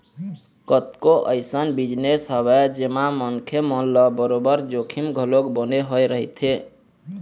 कतको अइसन बिजनेस हवय जेमा मनखे मन ल बरोबर जोखिम घलोक बने होय रहिथे